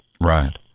Right